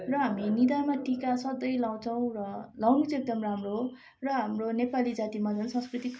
र हामी निधारमा टिका सधैँ लगाउँछौँ र लगाउनु चाहिँ एकदम राम्रो हो र हाम्रो नेपाली जातिमा झन् सांस्कृतिक